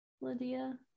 Lydia